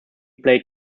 played